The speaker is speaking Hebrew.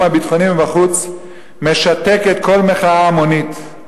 הביטחוני מבחוץ משתקת כל מחאה המונית.